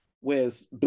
whereas